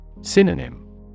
Synonym